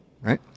right